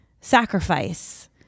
sacrifice